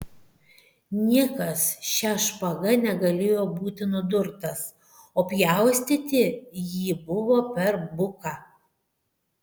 niekas šia špaga negalėjo būti nudurtas o pjaustyti ji buvo per buka